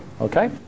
Okay